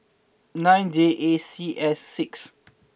nine J A C S six